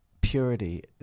purity